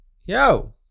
Yo